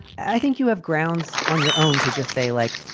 i think you have grounds on your own to just say, like,